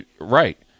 Right